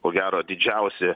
ko gero didžiausi